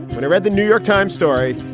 when i read the new york times story,